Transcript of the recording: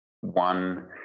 One